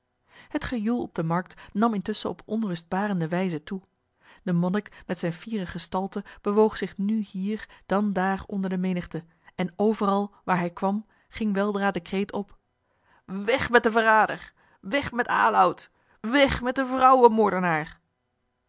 het gejoel op de markt nam intusschen op onrustbarende wijze toe de monnik met zijne fiere gestalte bewoog zich nu hier dan daar onder de menigte en overal waar hij kwam ging weldra de kreet op weg met den verrader weg met aloud weg met den vrouwenmoordenaar